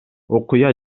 окуя